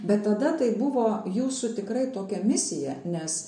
bet tada tai buvo jūsų tikrai tokia misija nes